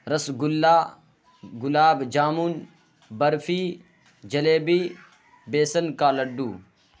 رس گلہ گلاب جامن برفی جلیبی بیسن کا لڈو